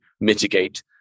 mitigate